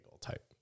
type